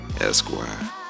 Esquire